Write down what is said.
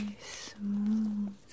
smooth